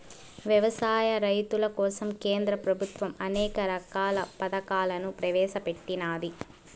వ్యవసాయ రైతుల కోసం కేంద్ర ప్రభుత్వం అనేక రకాల పథకాలను ప్రవేశపెట్టినాది